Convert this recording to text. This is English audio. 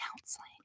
counseling